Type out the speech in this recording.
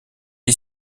est